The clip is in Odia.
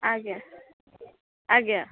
ଆଜ୍ଞା ଆଜ୍ଞା